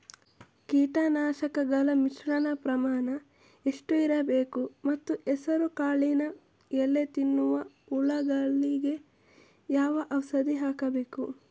ಕೀಟನಾಶಕಗಳ ಮಿಶ್ರಣ ಪ್ರಮಾಣ ಎಷ್ಟು ಇರಬೇಕು ಮತ್ತು ಹೆಸರುಕಾಳಿನ ಎಲೆ ತಿನ್ನುವ ಹುಳಗಳಿಗೆ ಯಾವ ಔಷಧಿ ಹಾಕಬೇಕು?